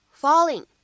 ,falling